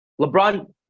LeBron